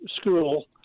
school